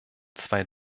zwei